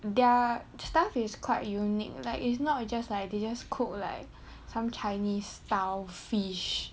their stuff is quite unique like it's not just like they just cook like some chinese style fish